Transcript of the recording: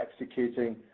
executing